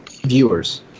viewers